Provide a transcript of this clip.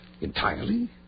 Entirely